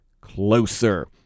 closer